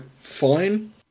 fine